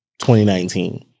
2019